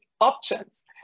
options